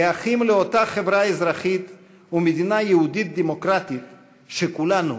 כאחים לאותה חברה אזרחית ומדינה יהודית-דמוקרטית שכולנו